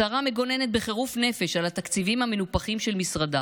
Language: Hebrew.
השרה מגוננת בחירוף נפש על התקציבים המנופחים של משרדה